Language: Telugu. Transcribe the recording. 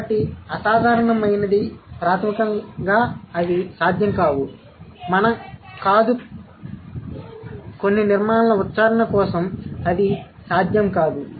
కాబట్టి అసాధారణమైనది ప్రాథమికంగా అవి సాధ్యం కాదు మనం కాదు కొన్ని నిర్మాణాల ఉచ్చారణ కోసం అది సాధ్యం కాదు